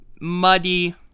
Muddy